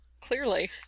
Clearly